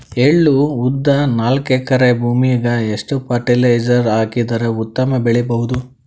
ಎಳ್ಳು, ಉದ್ದ ನಾಲ್ಕಎಕರೆ ಭೂಮಿಗ ಎಷ್ಟ ಫರಟಿಲೈಜರ ಹಾಕಿದರ ಉತ್ತಮ ಬೆಳಿ ಬಹುದು?